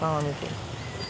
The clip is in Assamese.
পাওঁ আমি কৰি